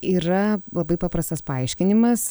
yra labai paprastas paaiškinimas